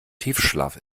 tiefschlaf